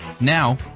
Now